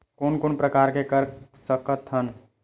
कोन कोन प्रकार के कर सकथ हन?